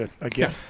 again